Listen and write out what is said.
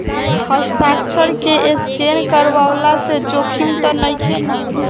हस्ताक्षर के स्केन करवला से जोखिम त नइखे न?